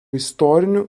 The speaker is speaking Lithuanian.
istorinių